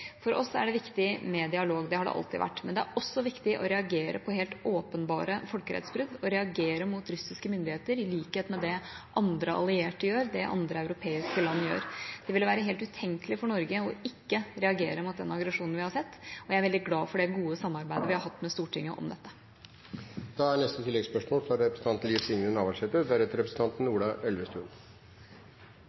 For oss er det viktig med dialog – det har det alltid vært – men det er også viktig å reagere på helt åpenbare folkerettsbrudd og reagere mot russiske myndigheter i likhet med det andre allierte gjør, det andre europeiske land gjør. Det ville være helt utenkelig for Norge ikke å reagere mot den aggresjonen vi har sett, og jeg er veldig glad for det gode samarbeidet vi har hatt med Stortinget om